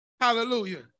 hallelujah